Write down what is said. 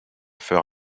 fleur